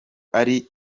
ari